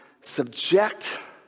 subject